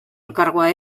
elkargoa